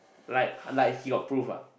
like like he got proof ah